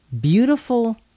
Beautiful